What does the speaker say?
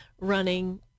running